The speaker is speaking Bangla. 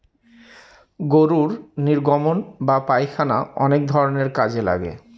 গরুর নির্গমন বা পায়খানা অনেক ধরনের কাজে লাগে